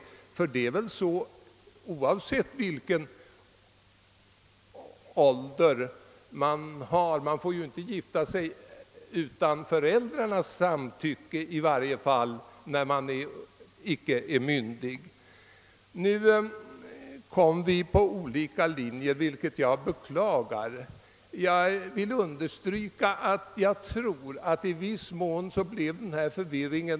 Oavsett vilken äktenskapsåldern blir får man emellertid inte gifta sig utan föräldrarnas samtycke om man inte är myndig. Situationen i utskottet blev något förvirrad, och vi kunde inte enas om en linje, vilket jag beklagar.